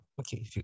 Okay